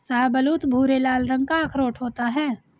शाहबलूत भूरे लाल रंग का अखरोट होता है